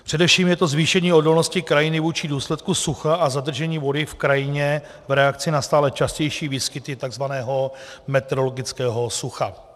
Především je to zvýšení odolnosti krajiny vůči důsledkům sucha a zadržení vody v krajině v reakci na stále častější výskyty tzv. metrologického sucha.